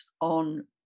on